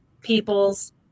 people's